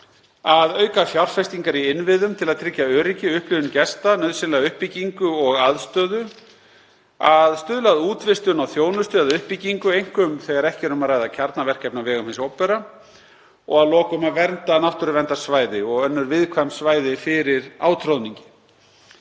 að auka fjárfestingar í innviðum til að tryggja öryggi, upplifun gesta, nauðsynlega uppbyggingu og aðstöðu, e. að stuðla að útvistun á þjónustu eða uppbyggingu, einkum þegar ekki er um að ræða kjarnaverkefni á vegum hins opinbera f. og að lokum að vernda náttúruverndarsvæði og önnur viðkvæm svæði fyrir átroðningi.